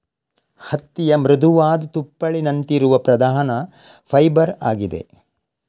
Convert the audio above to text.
ಹತ್ತಿಯ ಮೃದುವಾದ ತುಪ್ಪಳಿನಂತಿರುವ ಪ್ರಧಾನ ಫೈಬರ್ ಆಗಿದೆ